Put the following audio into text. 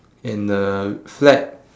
and the flag